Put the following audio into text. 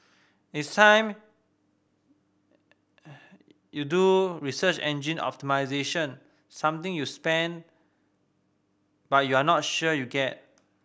it's time you do research engine optimisation something you spend but you're not sure you get